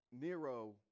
Nero